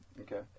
Okay